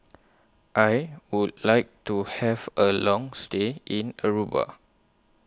I Would like to Have A Long stay in Aruba